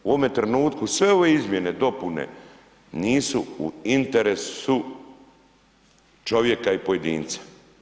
U ovome trenutku sve ove izmjene, dopune nisu u interesu čovjeka i pojedinca.